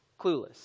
clueless